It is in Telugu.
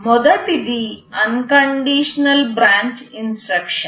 మొదటిది అన్కండిషనల్ బ్రాంచ్ ఇన్స్ట్రక్షన్